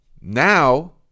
Now